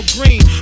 Green